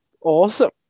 Awesome